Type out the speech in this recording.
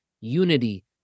unity